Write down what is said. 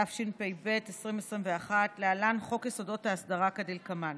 התשפ"ב 2021, כדלקמן: